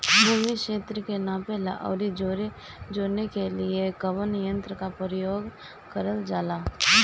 भूमि क्षेत्र के नापे आउर जोड़ने के लिए कवन तंत्र का प्रयोग करल जा ला?